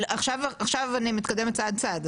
עכשיו אני מתקדמת צעד צעד.